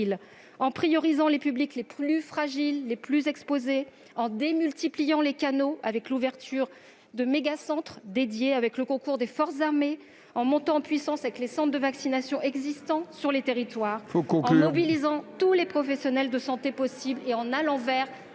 en priorisant les publics les plus fragiles et les plus exposés, en démultipliant les canaux avec l'ouverture de mégacentres dédiés, avec le concours des forces armées, en montant en puissance avec les centres de vaccination existants sur les territoires, ... Il faut conclure. ... en mobilisant tous les professionnels de santé possible et en allant vers les